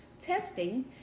testing